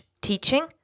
teaching